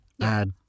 add